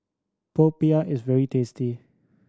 popiah is very tasty